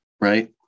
right